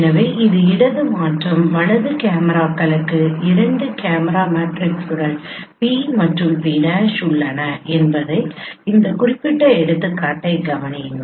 எனவே இடது மற்றும் வலது கேமராக்களுக்கு இரண்டு கேமரா மேட்ரிக்ஸ்கள் P மற்றும் P' உள்ளன என்பதை இந்த குறிப்பிட்ட எடுத்துக்காட்டைக் கவனியுங்கள்